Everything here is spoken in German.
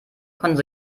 konnte